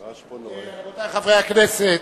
רבותי חברי הכנסת.